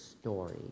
story